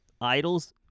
idols